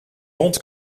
hond